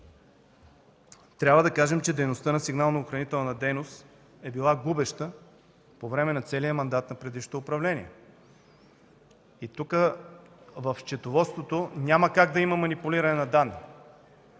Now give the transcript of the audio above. Трябва да кажем, че дейността на сигнално-охранителна дейност е била губеща по време на целия мандат на предишното управление. И тук в счетоводството няма как да има манипулиране на данни.